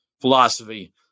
philosophy